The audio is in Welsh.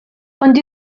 ond